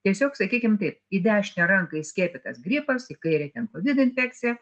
tiesiog sakykim taip į dešinę ranką įskiepytas gripas į kairę ten kovido infekcija